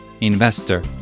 investor